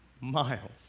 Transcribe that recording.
miles